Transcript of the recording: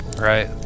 Right